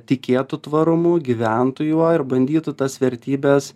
tikėtų tvarumu gyventojų va ir bandytų tas vertybes